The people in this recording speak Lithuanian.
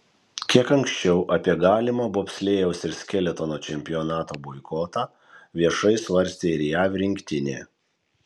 kiek anksčiau apie galimą bobslėjaus ir skeletono čempionato boikotą viešai svarstė ir jav rinktinė